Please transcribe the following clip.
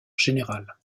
général